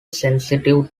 sensitive